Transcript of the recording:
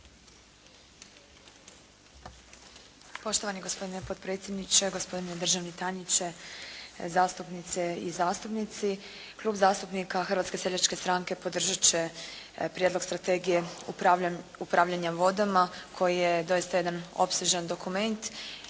Poštovani gospodine potpredsjedniče, gospodine državni tajniče, zastupnice i zastupnici. Klub zastupnika Hrvatske seljačke stranke podržat će Prijedlog strategije upravljanja vodama koji je doista jedan opsežan dokument.